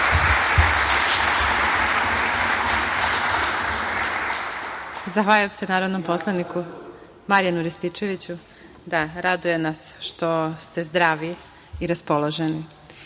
Zahvaljujem se narodnom poslaniku Marijanu Rističeviću. Raduje nas što ste zdravi i raspoloženi. Sledeća